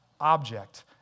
object